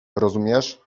rozumiesz